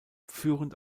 führend